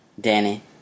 Danny